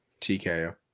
TKO